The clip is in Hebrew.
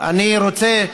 אני רוצה,